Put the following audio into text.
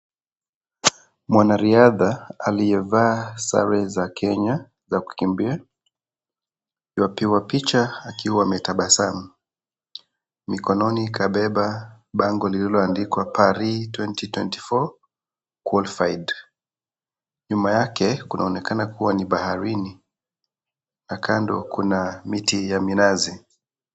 Mwanariadha aliyevaa sare za Kenya za kukimbia amepigwa picha akiwa ametabasamu mikononi kabeba bango lililoandikwa Paris 2024 Qualified nyuma yake kunaonekana kuwa ni baharini na kando kuna miti ya minazi.